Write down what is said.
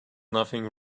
nothing